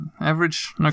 Average